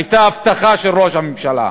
הייתה הבטחה של ראש הממשלה,